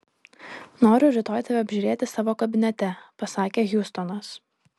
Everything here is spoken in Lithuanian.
noriu rytoj tave apžiūrėti savo kabinete pasakė hjustonas